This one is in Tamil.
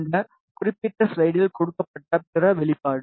இந்த குறிப்பிட்ட ஸ்லைடில் கொடுக்கப்பட்ட பிற வெளிப்பாடு